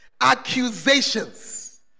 Accusations